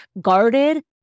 guarded